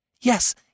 Yes